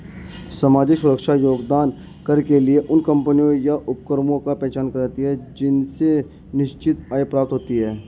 सामाजिक सुरक्षा योगदान कर के लिए उन कम्पनियों या उपक्रमों की पहचान करते हैं जिनसे निश्चित आय प्राप्त हो सके